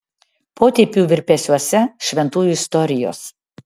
potėpių virpesiuose šventųjų istorijos